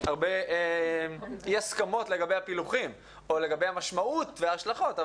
הרבה אי הסכמות לגבי הפילוחים או לגבי המשמעות וההשלכות,